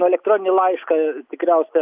nu elektroninį laišką tikriausia